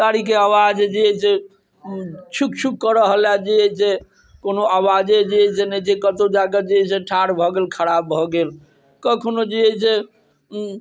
गाड़ी के आवाज जे है से छुकछुक कऽ रहल अछि जे है से कोनो आवाजे जे है से नहि छै कतौ जाके जे छै से ठाढ़ भऽ गेल खराब भऽ गेल कखनो जे है से